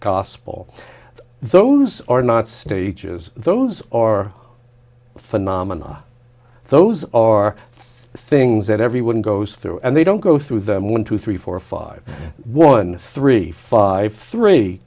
castle those are not stages those are phenomena those are things that everyone goes through and they don't go through them one two three four five one three five three